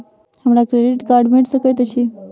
हमरा credit card भेट सकैत अछि?